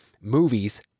movies